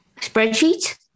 spreadsheets